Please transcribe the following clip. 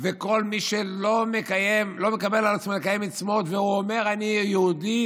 וכל מי שלא מקבל על עצמו לקיים מצוות ואומר: אני יהודי,